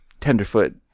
tenderfoot